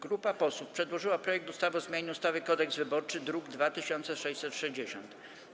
Grupa posłów przedłożyła projekt ustawy o zmianie ustawy Kodeks wyborczy, druk nr 2660.